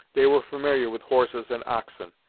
they were familiar with horses and oxen,